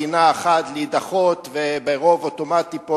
דינה אחד: להידחות ברוב אוטומטי פה,